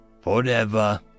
forever